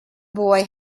boy